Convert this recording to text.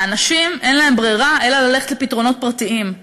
האנשים, אין להם ברירה אלא ללכת לפתרונות פרטיים.